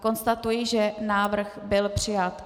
Konstatuji, že návrh byl přijat.